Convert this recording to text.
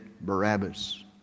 Barabbas